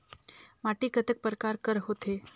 माटी कतेक परकार कर होथे?